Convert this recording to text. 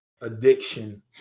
addiction